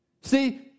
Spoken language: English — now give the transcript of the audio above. See